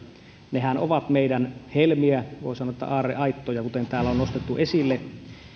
nehän ovat meidän helmiämme voi sanoa että aarreaittoja kuten täällä on nostettu esille